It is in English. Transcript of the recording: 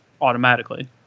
automatically